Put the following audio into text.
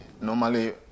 normally